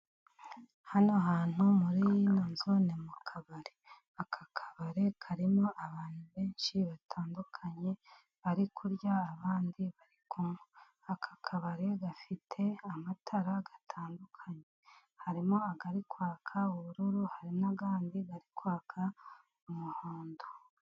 Hano hantu muri ino nzune mu kabari. Aka kabare karimo abantu benshi batandukanye, bari kurya abandi bari kunywa. Aka kabari gafite amatara atandukanye. Harimo ari kwaka ubururu, hari n'andi kari kwaka umuhondo.